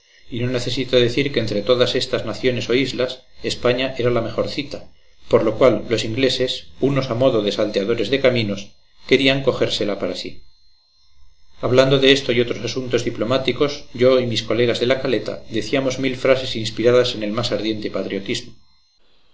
y no necesito decir que entre todas estas naciones o islas españa era la mejorcita por lo cual los ingleses unos a modo de salteadores de caminos querían cogérsela para sí hablando de esto y otros asuntos diplomáticos yo y mis colegas de la caleta decíamos mil frases inspiradas en el más ardiente patriotismo